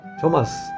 Thomas